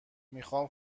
میخوام